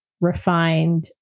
refined